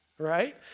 Right